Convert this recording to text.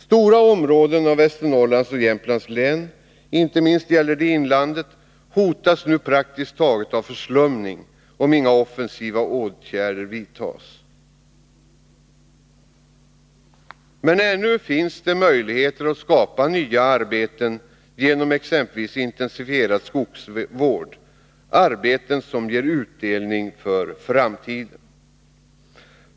Stora områden av Västernorrlands län och Jämtlands län —- inte minst gäller detta inlandet — hotas nu praktiskt taget av förslumning, om inga offensiva åtgärder vidtas. Men ännu finns det möjligheter att skapa nya arbeten. Jag tänker exempelvis på arbeten i en intensifierad skogsvård och andra arbeten som ger utdelning för framtiden.